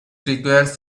requires